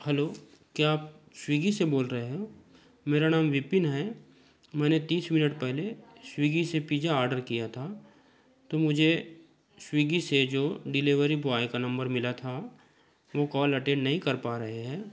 hello क्या आप Swiggy से बोल रहे हैं मेरा नाम बिपिन है मैंने तीस मिनट पहले स्वीगी से पिज़्ज़ा ऑर्डर किया था तो मुझे स्वीगी से जो डिलीवरी बॉय का नम्बर मिला था वह कॉल अटैन नहीं कर पा रहे हैं